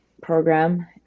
program